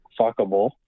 fuckable